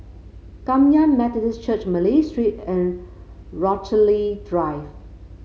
Kum Yan Methodist Church Malay Street and Rochalie Drive